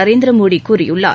நரேந்திரமோடி கூறியுள்ளார்